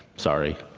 sorry